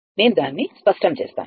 నేను దానిని స్పష్టం చేస్తాను